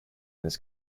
this